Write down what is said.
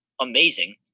amazing